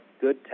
good